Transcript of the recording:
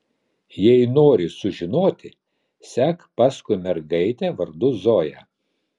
jei nori sužinoti sek paskui mergaitę vardu zoja